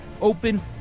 open